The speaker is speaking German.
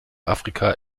afrika